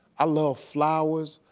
i love flowers,